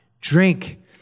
drink